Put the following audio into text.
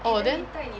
orh then